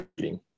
reading